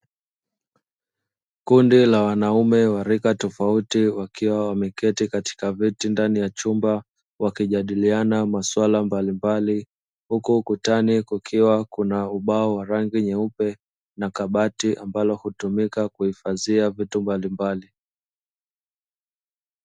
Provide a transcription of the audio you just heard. Kundi la wanaume wa rika tofauti wakiwa wameketi katika viti ndani ya chumba, wakijadiliana maswala mbalimbali. Huku ukutani kukiwa kuna ubao wa rangi nyeupe na kabati ambalo hutumika kuhifadhia vitu mbalimbali.